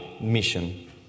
mission